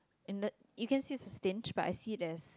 in the you can see stint price hideous